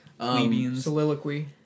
soliloquy